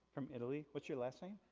from italy? what's your last name?